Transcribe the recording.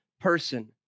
person